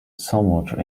somewhat